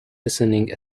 listening